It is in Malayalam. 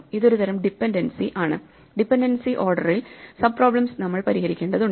ഇതൊരു തരം ഡിപെൻഡൻസി ആണ് ഡിപൻഡൻസി ഓർഡറിൽ സബ് പ്രോബ്ലെംസ് നമ്മൾ പരിഹരിക്കേണ്ടതുണ്ട്